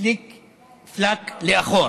פליק-פלאק לאחור.